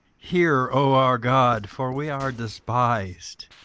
hear, o our god for we are despised